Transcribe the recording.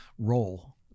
role